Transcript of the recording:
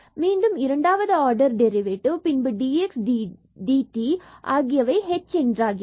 மீண்டும் இரண்டாவது order derivative derivative பின்பு dx dt மற்றும் ஆகியவை h என்றாகிறது